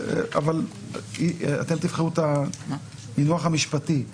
אתם תבחרו את המינוח המשפטי,